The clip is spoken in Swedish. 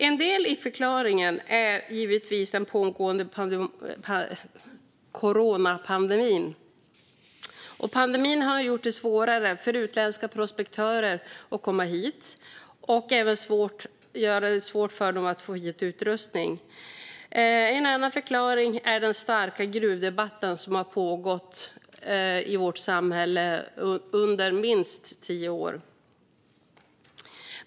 En del av förklaringen är givetvis den pågående coronapandemin. Pandemin har gjort det svårare för utländska prospektörer att komma hit, och det har även gjort det svårt för dem att få hit utrustning. En annan förklaring är den starka gruvdebatten som har pågått i vårt samhälle under minst tio år.